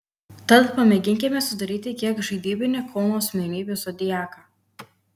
tad pamėginkime sudaryti kiek žaidybinį kauno asmenybių zodiaką